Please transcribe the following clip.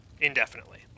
indefinitely